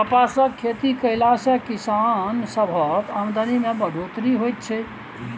कपासक खेती कएला से किसान सबक आमदनी में बढ़ोत्तरी होएत छै